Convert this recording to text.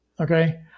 Okay